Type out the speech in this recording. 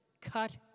Cut